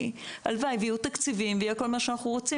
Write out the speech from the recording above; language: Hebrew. הלוואי ויהיו תקציבים וכל מה שאנחנו רוצים